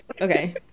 Okay